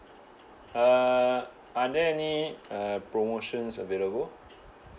uh are there any uh promotions available